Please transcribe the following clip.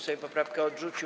Sejm poprawkę odrzucił.